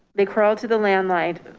they crawl to the landline